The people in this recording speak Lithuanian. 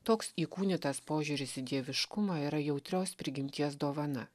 toks įkūnytas požiūris į dieviškumą yra jautrios prigimties dovana